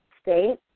state